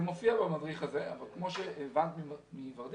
זה מופיע במדריך הזה אבל כמו שהבנת מ-ורדית,